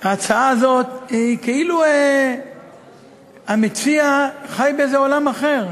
ההצעה הזאת היא כאילו המציע חי בעולם אחר.